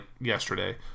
yesterday